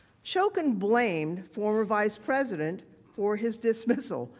shokin blamed former vice president for his dismissal.